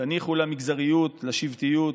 תניחו למגזריות, לשבטיות.